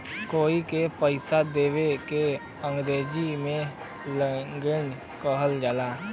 कोई के पइसा देवे के अंग्रेजी में लेंडिग कहल जाला